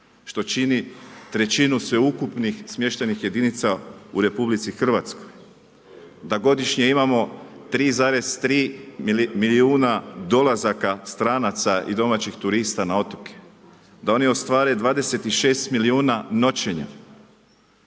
što čini 1/3 sveukupnih smještajnih jedinica u RH, da godišnje imamo 3,3 milijuna dolazaka stranaca i domaćih turista na otoke. Da oni ostvare 26 milijuna noćenja.